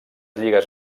lligues